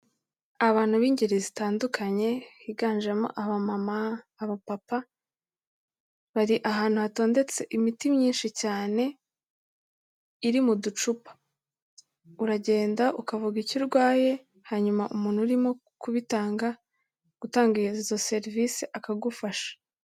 Abantu b'ingeri zitandukanye, higanjemo abamama, abapapa, bari ahantu hatondetse imiti myinshi cyane iri mu ducupa, uragenda ukavuga icyo urwaye hanyuma umuntu urimo kubitanga, gutanga izo serivisi akagufasha.